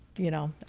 you know,